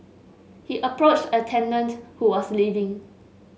he approached a tenant who was leaving